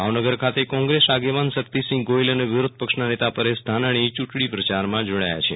ભાવનગર ખાતે કોંગ્રેસ આગેવાન શક્તિસિંહ ગોહિલ અને વિરોધ પક્ષના નેતા પરેશ ધાનાણી યુંટણી પ્રયારમાં જોડાયા છે